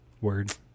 Word